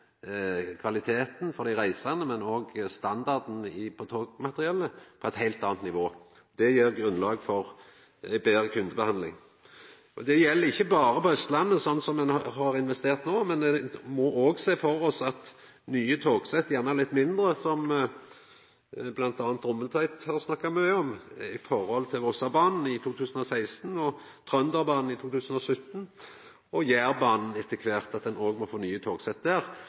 kvaliteten for både dei reisande og standarden på togmateriellet opp på eit heilt anna nivå. Det gjev grunnlag for betre kundebehandling. Slike investeringar ein har gjort no, gjeld ikkje berre for Austlandet. Me må òg sjå for oss at ein òg må få nye togsett – gjerne litt mindre, som bl.a. Rommetveit har snakka mykje om – til Vossabanen i 2016, Trønderbanen i 2017 og etter kvart til Jærbanen. Det klart at viss ein